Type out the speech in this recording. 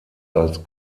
als